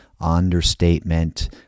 understatement